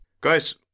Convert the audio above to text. Guys